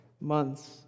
months